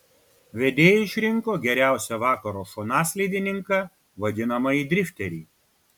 vedėjai išrinko geriausią vakaro šonaslydininką vadinamąjį drifterį